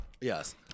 yes